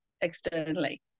externally